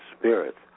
spirits